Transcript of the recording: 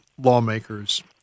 lawmakers